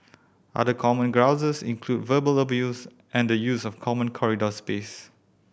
other common grouses include verbal abuse and the use of common corridor space